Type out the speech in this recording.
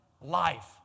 Life